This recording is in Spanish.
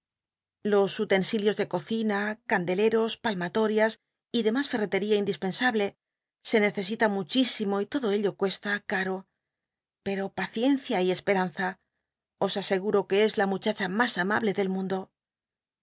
coppehfield utensilios de cocina candeleros palmatorias y demas fei'i'cleia ind ispensable se necesita muchísimo y lodo ello cuesta caro pero paciencia y e pc ranza os ascguo que es la muchacha mas amable del mundo